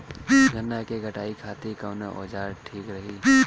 गन्ना के कटाई खातिर कवन औजार ठीक रही?